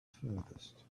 furthest